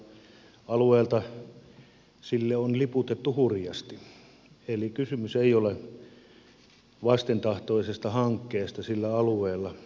alueelta sille on liputettu hurjasti eli kysymys ei ole vastentahtoisesta hankkeesta sillä alueella